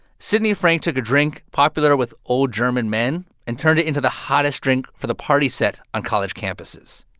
sidney frank took a drink popular with old german men and turned it into the hottest drink for the party set on college campuses.